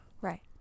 Right